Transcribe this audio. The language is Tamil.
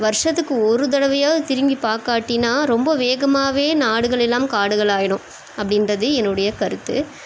வருஷத்துக்கு ஒரு தடவையாவது திரும்பி பார்க்காட்டினா ரொம்ப வேகமாகவே நாடுகள் எல்லாம் காடுகள் ஆகிடும் அப்படின்றது என்னுடைய கருத்து